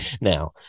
Now